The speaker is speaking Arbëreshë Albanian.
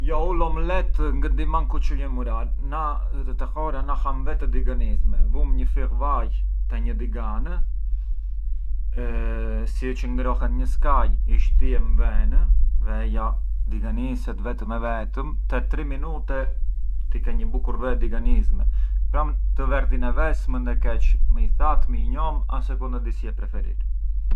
Jo u l’omelette ngë di manku çë vjemurar, na te hora ham ve të diganisme, vum një fill vaj te një digan, si ë çë ngrohet një skaj i shtiem venë, veja diganiset vetëm e vetëm e te tri minute ke një bukur ve e diganisme, pran ti këtë ve mënd e keç më e that o më e njom a seconda di si e preferir.